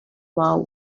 vow